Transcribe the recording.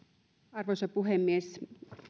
arvoisa puhemies